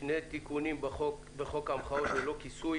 שני תיקונים בחוק המחאות ללא כיסוי